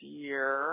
year